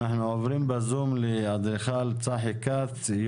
אנחנו עוברים לאדריכל צחי כץ,